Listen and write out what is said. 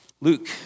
Luke